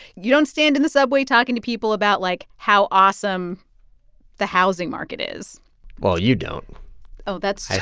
you don't stand in the subway talking to people about, like, how awesome the housing market is well, you don't oh, that's.